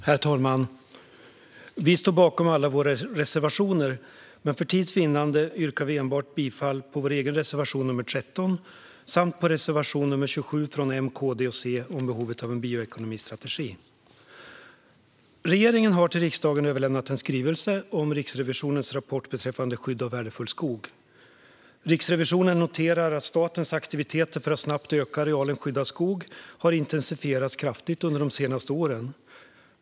Herr talman! Vi i Sverigedemokraterna står bakom alla våra reservationer, men för tids vinnande yrkar jag bifall enbart till vår reservation 13 samt till reservation 27 från M, KD och C om behovet av en bioekonomistrategi. Regeringen har till riksdagen överlämnat en skrivelse om Riksrevisionens rapport beträffande skydd av värdefull skog. Riksrevisionen noterar att statens aktiviteter för att snabbt öka arealen skyddad skog har intensifierats kraftigt under de senaste åren.